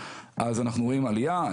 אז אנחנו רואים עלייה.